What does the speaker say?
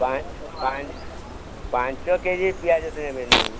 ପାଞ୍ଚ ପାଞ୍ଚ ପାଞ୍ଚ କେ ଜି ପିଆଜ ଦେବେ ନହେଲେ